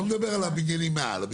אני לא מדבר על הבניינים מעל.